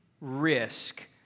risk